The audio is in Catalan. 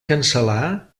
cancel·lar